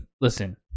Listen